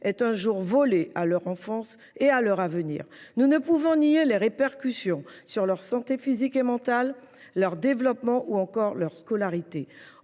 est un jour volé à leur enfance et à leur avenir. Nous ne pouvons nier les répercussions sur leur santé physique et mentale, leur développement ou encore leur scolarité.